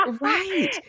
Right